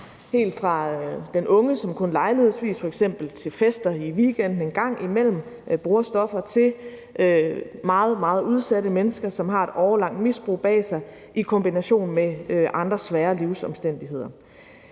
helt fra den unge, som kun lejlighedsvis f.eks. til fester i weekenden en gang imellem bruger stoffer, til meget, meget udsatte mennesker, som har et årelangt misbrug bag sig i kombination med andre svære livsomstændigheder.